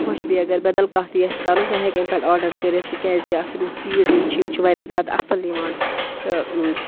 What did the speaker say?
خۄش بیٚیہِ اَگر بَدل کانٛہ تہِ یژھِ کَرُن سُہ ہیٚکہِ أمۍ پٮ۪ٹھ آرڈر کٔرِتھ تِکیازِ اَتھ یِم چیٖز یِم یِم چھِ واریاہ زیادٕ اَصٕل یِوان تہٕ